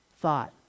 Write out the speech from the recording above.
thought